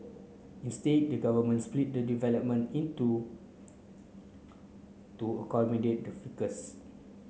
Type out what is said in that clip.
instead the government split the development in two to to accommodate the ficus